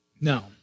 No